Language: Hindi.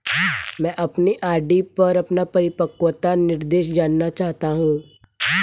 मैं अपनी आर.डी पर अपना परिपक्वता निर्देश जानना चाहता हूँ